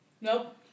Nope